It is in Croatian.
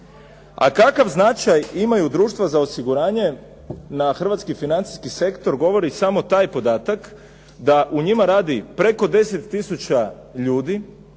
A kakav značaj imaju društvo za osiguranju na hrvatski financijski sektor govori samo taj podatak da u njima radi preko 10 tisuća ljudi,